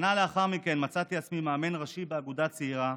שנה לאחר מכן מצאתי עצמי מאמן ראשי באגודה צעירה.